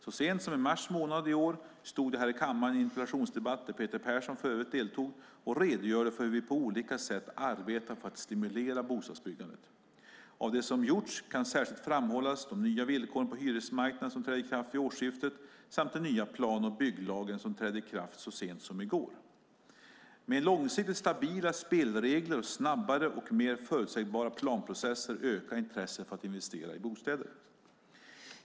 Så sent som i mars månad i år stod jag här i kammaren i en interpellationsdebatt, där Peter Persson för övrigt deltog, och redogjorde för hur vi på olika sätt arbetar för att stimulera bostadsbyggandet. Av det som gjorts kan särskilt framhållas de nya villkor på hyresmarknaden som trädde i kraft vid årsskiftet samt den nya plan och bygglag som trädde i kraft så sent som i går. Med långsiktigt stabila spelregler och snabbare och mer förutsägbara planprocesser ökar intresset för att investera i bostäder.